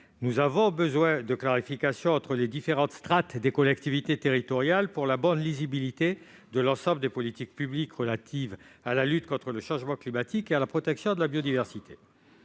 Nous avons besoin de clarification entre les différentes strates de collectivités territoriales pour la bonne lisibilité de l'ensemble des politiques publiques relatives à la lutte contre le changement climatique et à la protection de la biodiversité.